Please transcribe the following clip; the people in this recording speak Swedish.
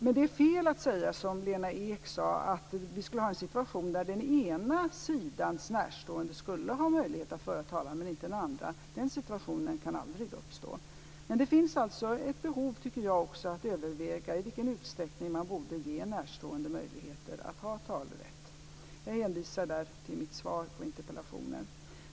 Men det är fel att, som Lena Ek sade, säga att vi skulle ha en situation där den ena sidans närstående skulle ha möjlighet att föra talan men inte den andra. Den situationen kan aldrig uppstå. Det finns alltså, tycker jag också, ett behov av att överväga i vilken utsträckning man borde ge närstående möjlighet att ha talerätt. Jag hänvisar där till mitt svar på interpellationen.